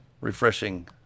refreshing